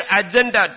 agenda